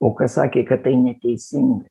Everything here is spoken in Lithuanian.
o kas sakė kad tai neteisinga